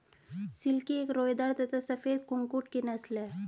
silkie एक रोएदार तथा सफेद कुक्कुट की नस्ल है